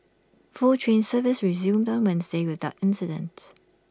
full train service resumed on Wednesday without incident